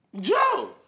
Joe